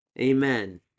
Amen